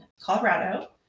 Colorado